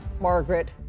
margaret